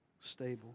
stable